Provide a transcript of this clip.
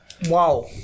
Wow